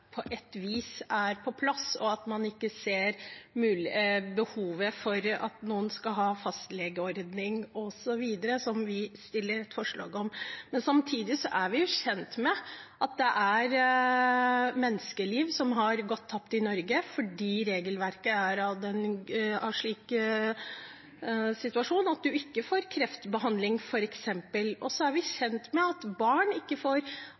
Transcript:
på et vis er på plass, og at man ikkje ser behovet for at noen skal ha fastlegeordning osv., som vi stiller forslag om. Samtidig er vi kjent med at menneskeliv har gått tapt i Norge fordi regelverket er slik at en ikke får kreftbehandling f.eks. Og så er vi kjent med at barn ikke får